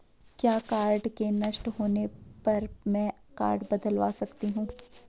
क्या कार्ड के नष्ट होने पर में कार्ड बदलवा सकती हूँ?